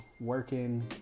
working